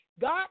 god